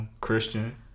christian